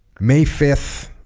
may fifth